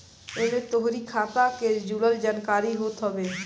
एमे तोहरी खाता के जुड़ल जानकारी होत हवे